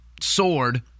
sword